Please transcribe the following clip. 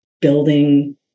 building